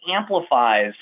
amplifies